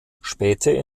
später